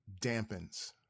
dampens